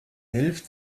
hilft